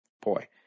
boy